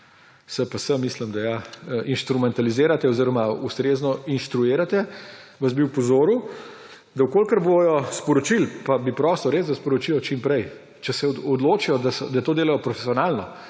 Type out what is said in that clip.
SPS inštrumentalizirate oziroma ustrezno inštruirate, opozoril, da v kolikor bodo sporočili, pa bi res prosil, da sporočijo čim prej, če se odločijo, da to delajo profesionalno,